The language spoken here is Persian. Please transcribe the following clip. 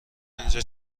اینجا